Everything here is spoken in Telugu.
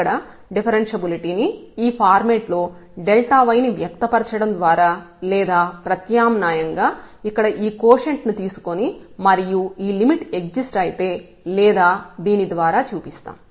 ఇక్కడ డిఫరెన్షబులిటీ ని ఈ ఫార్మేట్ లో yని వ్యక్తపరచడం ద్వారా లేదా ప్రత్యామ్నాయంగా ఇక్కడ ఈ కోషెంట్ ని తీసుకొని మరియు ఈ లిమిట్ ఎగ్జిస్ట్ అయితే లేదా దీని ద్వారా చూపిస్తాం